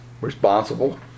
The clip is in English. Responsible